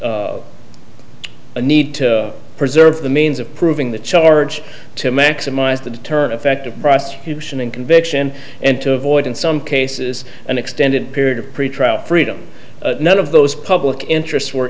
a need to preserve the means of proving the charge to maximize the term effective prosecution and conviction and to avoid in some cases an extended period of pretrial freedom none of those public interests were